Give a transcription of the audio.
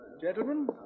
Gentlemen